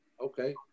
Okay